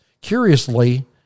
Curiously